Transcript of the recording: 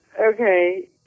okay